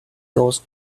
goes